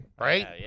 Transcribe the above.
Right